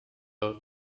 her